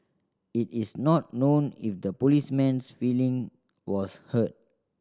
it is not known if the policeman's feeling was hurt